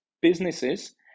businesses